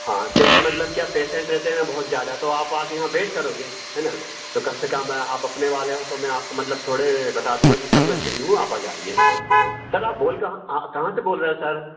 हाँ क्योंकि मतलब क्या पेशेन्ट रहते ना बहुत ज़्यादा तो आप आकर यहाँ वेट करोगे है ना तो कम से कम आप अपने वाले हो तो मैं आपको मतलब थोड़े बता दूँगा कि सर मैं फ्री हूँ आप आ जाइए सर आप बोल कहाँ कहाँ से बोल रहे हो सर